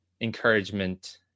encouragement